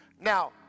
now